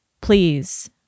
please